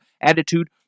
attitude